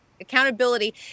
accountability